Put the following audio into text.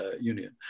Union